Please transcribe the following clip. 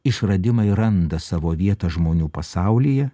išradimai randa savo vietą žmonių pasaulyje